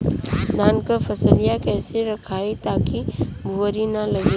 धान क फसलिया कईसे रखाई ताकि भुवरी न लगे?